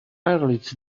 eyelids